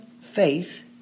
faith